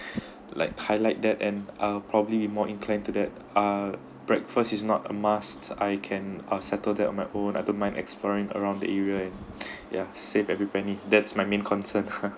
like highlight that and I'll probably be more inclined to that ah breakfast is not a must I can ah settle there on my own I don't mind exploring around the area yeah save every penny that's my main concern